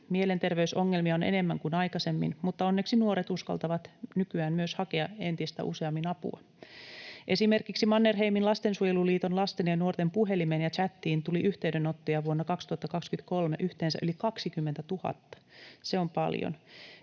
Mielenterveysongelmia on enemmän kuin aikaisemmin, mutta onneksi nuoret uskaltavat nykyään myös hakea entistä useammin apua. Esimerkiksi Mannerheimin Lastensuojeluliiton Lasten ja nuorten puhelimeen ja chattiin tuli yhteydenottoja vuonna 2023 yhteensä yli 20 000. Se on paljon.